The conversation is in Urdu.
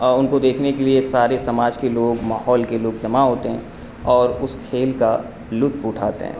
ان کو دیکھنے کے لیے سارے سماج کے لوگ ماحول کے لوگ جمع ہوتے ہیں اور اس کھیل کا لطف اٹھاتے ہیں